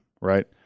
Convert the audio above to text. right